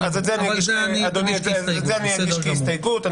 את זה אגיש כהסתייגות.